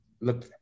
look